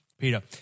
Peter